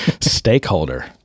Stakeholder